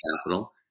capital